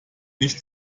nicht